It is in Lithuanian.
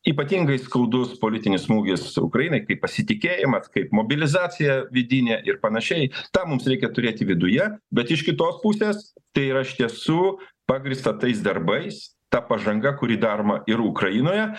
ypatingai skaudus politinis smūgis ukrainai kaip pasitikėjimas kaip mobilizacija vidinė ir panašiai tą mums reikia turėti viduje bet iš kitos pusės tai yra iš tiesų pagrįsta tais darbais ta pažanga kuri daroma ir ukrainoje